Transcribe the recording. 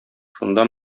шунда